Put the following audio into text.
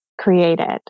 created